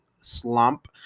slump